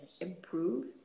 improve